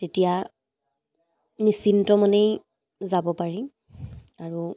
তেতিয়া নিশ্চিন্ত মনেই যাব পাৰি আৰু